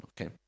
okay